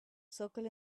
circle